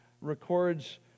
records